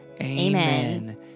Amen